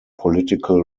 political